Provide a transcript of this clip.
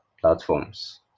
platforms